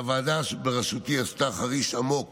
הוועדה בראשותי עשתה חריש עמוק